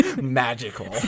magical